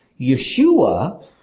Yeshua